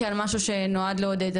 כעל משהו שנועד לעודד.